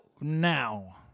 now